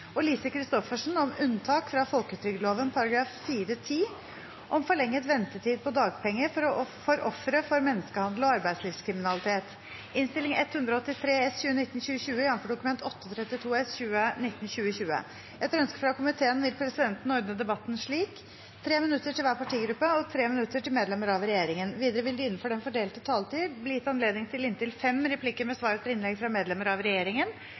har ikke bedt om ordet til sak nr. 2. Etter ønske fra energi- og miljøkomiteen vil presidenten ordne debatten slik: 3 minutter til hver partigruppe og 3 minutter til medlemmer av regjeringen. Videre vil det – innenfor den fordelte taletid – bli gitt anledning til inntil seks replikker med svar etter innlegg fra medlemmer av regjeringen,